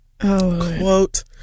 quote